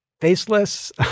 faceless